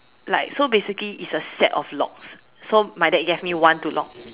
like so basically is a set of locks so my dad gave me one to lock